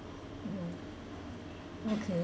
mm okay